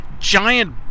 giant